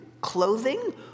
clothing